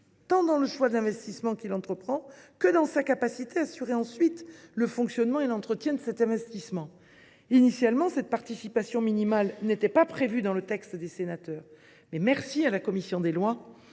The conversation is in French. tant dans le choix de l’investissement qu’il entreprend que dans sa capacité à assurer ensuite le fonctionnement et l’entretien de cet investissement. Initialement, cette participation minimale n’était pas prévue dans la proposition de loi sénatoriale. Je remercie la commission des lois